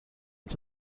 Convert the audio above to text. was